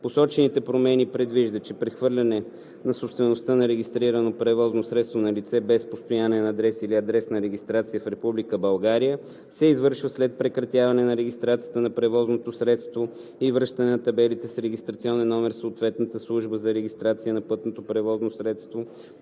Посочените промени предвиждат, че прехвърляне собствеността на регистрирано превозно средство на лице без постоянен адрес или адресна регистрация в Република България се извършва след прекратяване регистрацията на превозното средство и връщане на табелите с регистрационен номер в съответната служба за регистрация на пътното превозно средство,